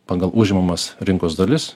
pagal užimamas rinkos dalis